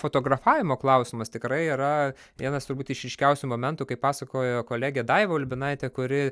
fotografavimo klausimas tikrai yra vienas turbūt iš ryškiausių momentų kai pasakojo kolegė daivė ulbinaitė kuri